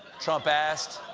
trump asked.